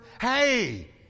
hey